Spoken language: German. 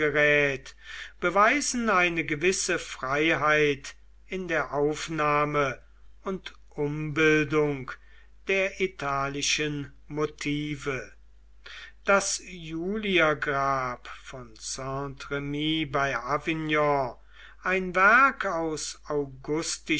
beweisen eine gewisse freiheit in der aufnahme und umbildung der italischen motive das juliergrabmal von st remy bei avignon ein werk augustischer